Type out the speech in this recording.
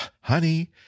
honey –